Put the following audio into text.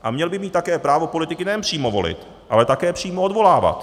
A měl by mít také právo politiky nejen přímo volit, ale také přímo odvolávat.